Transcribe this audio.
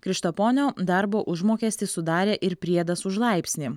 krištaponio darbo užmokestį sudarė ir priedas už laipsnį